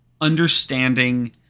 understanding